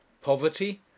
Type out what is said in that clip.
Poverty